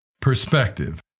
Perspective